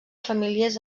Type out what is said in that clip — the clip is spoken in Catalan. famílies